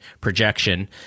projection